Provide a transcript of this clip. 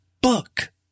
book